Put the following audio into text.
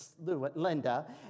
Linda